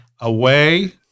Away